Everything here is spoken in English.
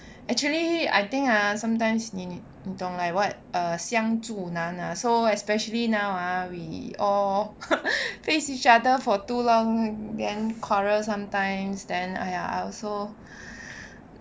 actually I think ah sometimes 你懂 like what ah 相助难 ah so especially now ah we all face each other for too long then quarrel sometimes then !aiya! I also